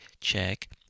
check